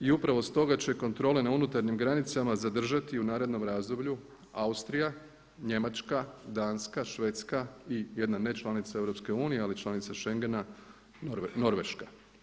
I upravo stoga će kontrole na unutarnjim granicama zadržati u narednom razdoblju Austrija, Njemačka, Danska, Švedska i jedna ne članica EU ali članica Schengena Norveška.